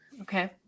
Okay